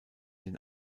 den